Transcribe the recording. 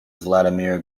vladimir